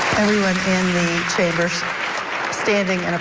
everyone in the chamber so standing and